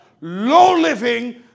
low-living